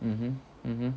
mmhmm mmhmm